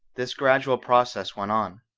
this gradual process went on.